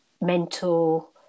mental